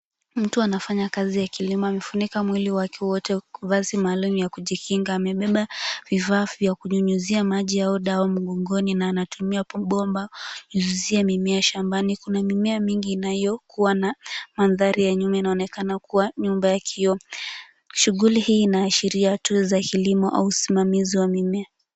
Mtu anafanya kazi akilima amefunika mwili wake wote kwa vazi maalum ya kujikinga amebeba vifaa vya kunyunyizia maji au dawa mgongoni na anatumia bomba kunyunyizia maji shambani. Kuna mimea mingi inayokuwa na mandhari ya nyuma inaonekana kuwa na nyumba ya kioo. Shughuli hii inaashiria tunzo ya kilimo au usimamizi wa mimea.